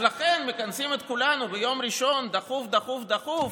לכן מכנסים את כולנו ביום ראשון דחוף דחוף דחוף,